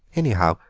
anyhow,